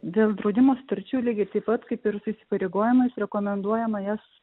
dėl draudimo sričių lygiai taip pat kaip ir įsipareigojamas rekomenduojama jas